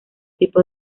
tipo